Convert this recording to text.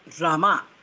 Rama